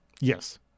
Yes